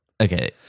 Okay